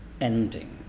ending